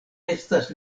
estas